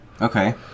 Okay